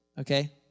okay